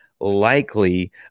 likely